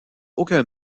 aucun